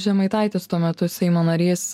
žemaitaitis tuo metu seimo narys